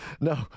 no